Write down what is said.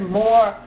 more